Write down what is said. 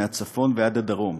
מהצפון ועד הדרום.